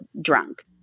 drunk